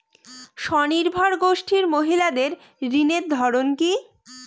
স্বনির্ভর গোষ্ঠীর মহিলাদের ঋণের ধরন কি?